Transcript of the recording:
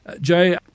Jay